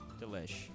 Delish